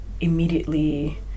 immediately